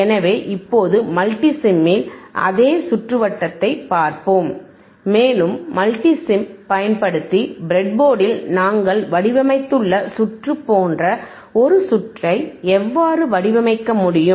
எனவே இப்போது மல்டிசிமில் அதே சுற்றுவட்டத்தைப் பார்ப்போம் மேலும் மல்டிசிம் பயன்படுத்தி பிரட்போர்டில் நாங்கள் வடிவமைத்துள்ள சுற்று போன்ற ஒரு சுற்றை எவ்வாறு வடிவமைக்க முடியும்